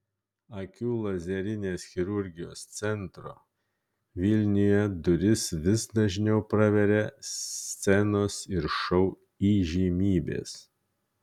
akių lazerinės chirurgijos centro vilniuje duris vis dažniau praveria scenos ir šou įžymybės